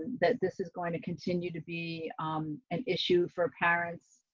that this is going to continue to be an issue for parents